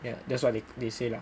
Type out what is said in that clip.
ya that's what they they say lah